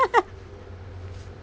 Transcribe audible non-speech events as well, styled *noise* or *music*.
*laughs*